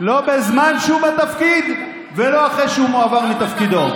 לא בזמן שהוא בתפקיד ולא אחרי שהוא מועבר מתפקידו.